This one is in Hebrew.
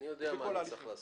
אני יודע מה אני צריך לעשות.